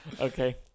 okay